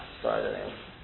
sorry